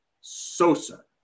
Sosa